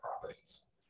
properties